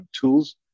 tools